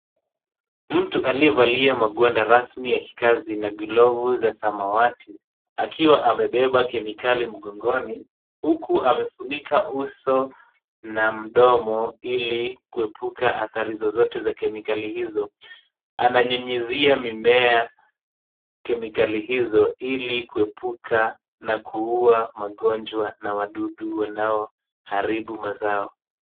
Mtu aliyevalia magwanda rasmi ya kikazi na glovu za samawati akiwa amebeba kemikali mgongoni huku amefunika uso na mdomo ili kuepuka athari zozote za kemikali hizo. Ananyunyuzia mimea kemikali hizo ili kuepuka na kuuwa magonjwa na wadudu wanaoharibu mazao.